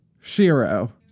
Shiro